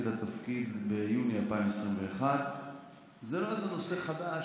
לתפקיד ביוני 2021. זה לא איזה נושא חדש,